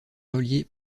reliée